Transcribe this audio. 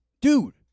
Dude